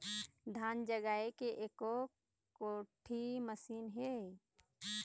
धान जगाए के एको कोठी मशीन हे?